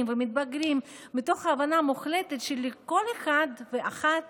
ומתבגרים מתוך הבנה מוחלטת שלכל אחד ואחת